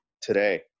today